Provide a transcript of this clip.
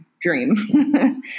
dream